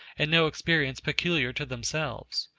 and no experience peculiar to themselves.